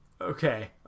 okay